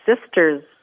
sister's